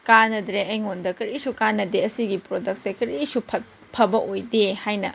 ꯀꯥꯟꯅꯗ꯭ꯔꯦ ꯑꯩꯉꯣꯟꯗ ꯀꯔꯤꯁꯨ ꯀꯥꯟꯅꯗꯦ ꯑꯁꯤꯒꯤ ꯄ꯭ꯔꯗꯀꯁꯦ ꯀꯔꯤꯁꯨ ꯐꯕ ꯑꯣꯏꯗꯦ ꯍꯥꯏꯅ